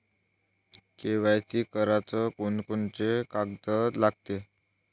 KYC कराच कोनचे कोनचे कागद लागते?